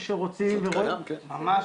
זה עוד קיים, כן.